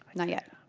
not yet.